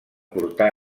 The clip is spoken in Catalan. portar